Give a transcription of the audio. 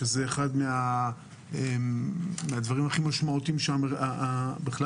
שזה אחד מהדברים הכי משמעותיים שבכלל